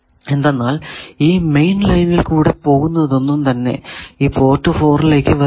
എന്തെന്നാൽ ഈ മെയിൻ ലൈനിൽ കൂടെ പോകുന്നതൊന്നും തന്നെ ഈ പോർട്ട് 4 ലേക്ക് വരില്ല